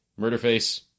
Murderface